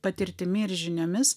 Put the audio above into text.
patirtimi ir žiniomis